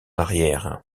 arrière